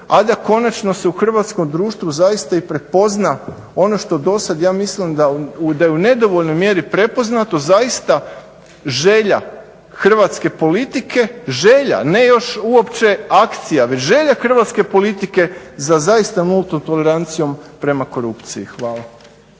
a da konačno se u hrvatskom društvu zaista i prepozna ono što dosad, ja mislim da je u nedovoljnoj mjeri prepoznato, zaista želja hrvatske politike, želja, ne još uopće akcija, već želja hrvatske politike za zaista nultom tolerancijom prema korupciji. Hvala.